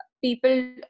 people